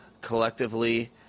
collectively